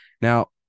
Now